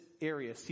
area